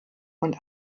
und